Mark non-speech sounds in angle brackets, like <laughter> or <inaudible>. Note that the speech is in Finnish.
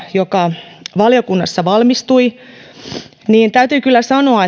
joka valiokunnassa valmistui täytyy kyllä sanoa <unintelligible>